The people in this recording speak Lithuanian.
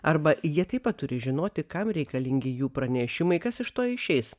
arba jie taip pat turi žinoti kam reikalingi jų pranešimai kas iš to išeis